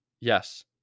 yes